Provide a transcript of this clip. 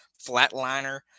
flatliner